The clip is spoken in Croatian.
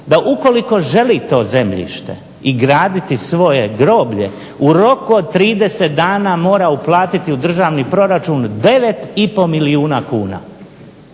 da ukoliko želi to zemljište i graditi svoje groblje u roku od 30 dana mora uplatiti u državni proračun 9,5 milijuna kuna.